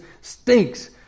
stinks